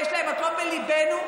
ויש להם מקום בליבנו,